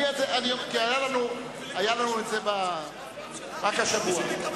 היה לנו עניין כזה רק השבוע.